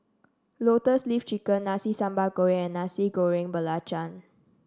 Lotus Leaf Chicken Nasi Sambal Goreng and Nasi Goreng Belacan